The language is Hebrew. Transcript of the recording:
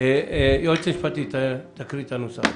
היועץ המשפטי, תקריא את הנוסח.